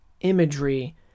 imagery